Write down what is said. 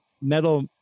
metal